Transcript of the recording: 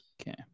Okay